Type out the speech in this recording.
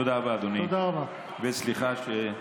תודה רבה, אדוני, וסליחה.